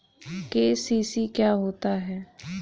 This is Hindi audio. के.सी.सी क्या होता है?